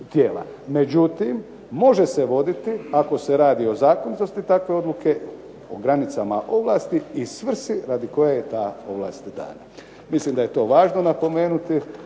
Međutim, može se voditi ako se radi o zakonitosti takve odluke, o granicama ovlasti i svrsi radi koje je ta ovlast dana. Mislim da je to važno napomenuti,